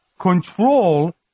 control